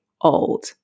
old